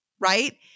right